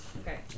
Okay